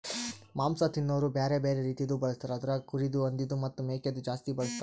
ಮಾಂಸ ತಿನೋರು ಬ್ಯಾರೆ ಬ್ಯಾರೆ ರೀತಿದು ಬಳಸ್ತಾರ್ ಅದುರಾಗ್ ಕುರಿದು, ಹಂದಿದು ಮತ್ತ್ ಮೇಕೆದು ಜಾಸ್ತಿ ಬಳಸ್ತಾರ್